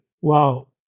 Wow